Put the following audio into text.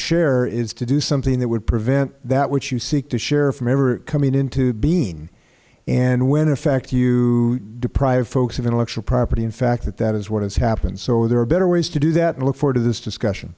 share is to do something that would prevent that which you seek to share from ever coming into being and when in fact you deprive folks of intellectual property in fact that is what has happened so there are better ways to do that and i look forward to this discussion